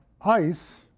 ice